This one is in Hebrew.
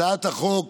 הצעת החוק